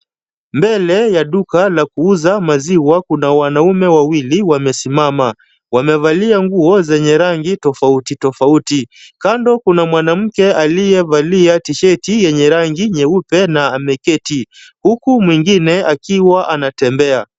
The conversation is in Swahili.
Mbele ya duka la kuuza maziwa kuna wanaume wawili wamesimama. Wamevalia nguo zenye rangi tofauti tofauti. Kando kuna mwanamke aliyevalia tisheti yenye rangi nyeupe na ameketi huku mwingine akiwa anatembea.